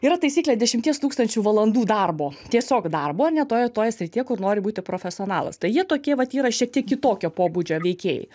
yra taisyklė dešimties tūkstančių valandų darbo tiesiog darbo ane toj toje srityje kur nori būti profesionalas tai jie tokie vat yra šiek tiek kitokio pobūdžio veikėjai